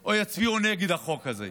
או יצביעו נגד החוק הזה,